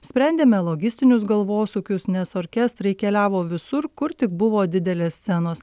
sprendėme logistinius galvosūkius nes orkestrai keliavo visur kur tik buvo didelės scenos